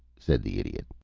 said the idiot.